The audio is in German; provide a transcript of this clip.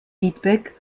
feedback